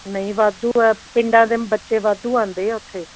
ਨਹੀਂ ਵਾਧੂ ਆ ਪਿੰਡਾਂ ਦੇ ਬੱਚੇ ਵਾਧੂ ਆਉਂਦੇ ਆ ਉੱਥੇ